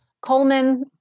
Coleman